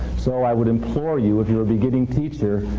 so i would implore you, if you are a beginning teacher,